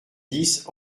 dix